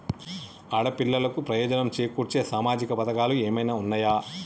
ఆడపిల్లలకు ప్రయోజనం చేకూర్చే సామాజిక పథకాలు ఏమైనా ఉన్నయా?